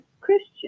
Christian